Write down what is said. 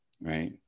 right